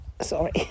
sorry